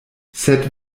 sed